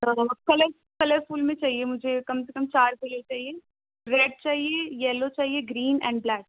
وہ colour colourful میں چاہیے مجھے کم سے کم چار کلر چاہیے ریڈ چاہیے یلو چاہیے گرین اینڈ بلیک